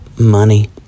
money